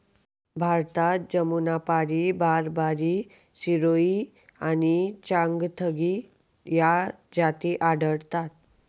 भारतात जमुनापारी, बारबारी, सिरोही आणि चांगथगी या जाती आढळतात